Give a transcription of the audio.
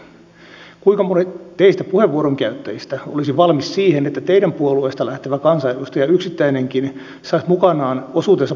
kuinka moni teistä puheenvuoron käyttäjistä olisi valmis siihen että teidän puolueestanne lähtevä kansanedustaja yksittäinenkin saisi mukanaan osuutensa puoluetuesta